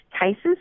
cases